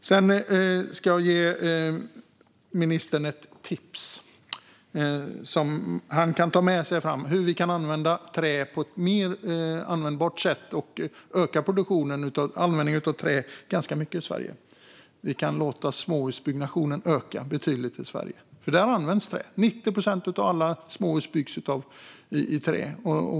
Jag ska ge ministern ett tips som han kan ta med sig. Det handlar om hur vi kan använda trä på ett bättre sätt och öka produktionen och användningen av trä ganska mycket i Sverige. Vi kan låta småhusbyggnationen öka betydligt i Sverige. Där används nämligen trä; 90 procent av alla småhus byggs i trä.